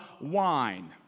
wine